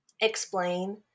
explain